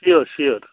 sure sure